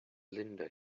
linda